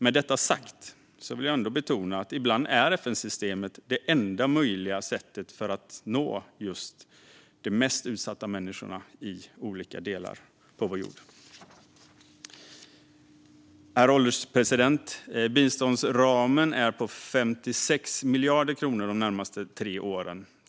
Med detta sagt vill jag ändå betona att ibland är FN-systemet det enda möjliga sättet att nå de mest utsatta människor i olika delar av vår jord. Herr ålderspresident! Biståndsramen är på 56 miljarder kronor de närmaste tre åren.